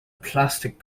plastic